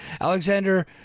Alexander